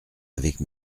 avec